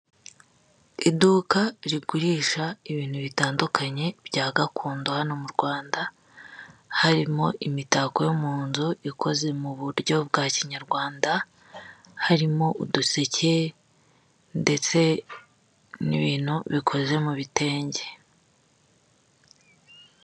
Iduka rigurisha ibintu bitandukanye bya gakondo hano mu Rwanda, harimo imitako yo mu nzu ikoze mu buryo bwa kinyarwanda, harimo uduseke ndetse n'ibintu bikoze mu bitenge.